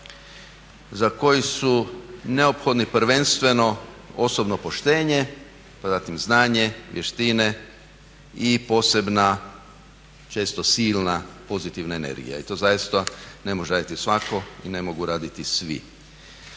za koji su potrebni prvenstveno osobno poštenje, znanje, vještine i posebna često silna pozitivna energija. I to zaista ne može raditi svako i ne mogu raditi svi.